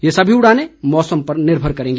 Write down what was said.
ये सभी उड़ानें मौसम पर निर्भर करेंगी